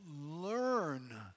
learn